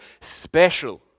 special